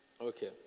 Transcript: Okay